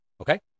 okay